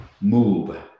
move